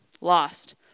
lost